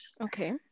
Okay